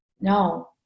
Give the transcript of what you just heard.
no